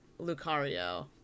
Lucario